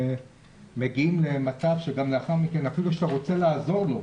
מגיעים למצב שאפילו כשאתה רוצה לעזור לו,